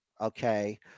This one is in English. Okay